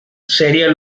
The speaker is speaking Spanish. sería